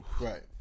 Right